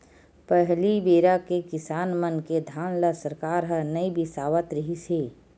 पहली बेरा के किसान मन के धान ल सरकार ह नइ बिसावत रिहिस हे